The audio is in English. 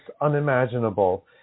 unimaginable